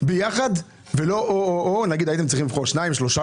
ביחד ולא זה או זה נאמר שהייתם צריכים לבחור שניים או שלושה